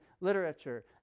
literature